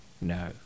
No